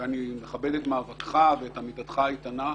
ואני מכבד את מאבקך ואת עמידתך האיתנה,